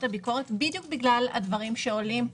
הביקורת בדיוק בגלל הדברים שעולים פה.